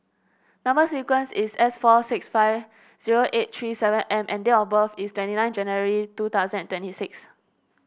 number sequence is S four six five zero eight three seven M and date of birth is twenty nine January two thousand and twenty six